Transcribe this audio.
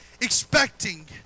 expecting